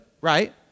right